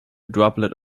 droplet